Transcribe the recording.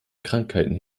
krankheiten